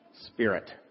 spirit